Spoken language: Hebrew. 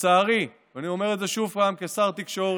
שלצערי, ואני אומר את זה שוב פעם, כשר התקשורת,